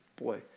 boy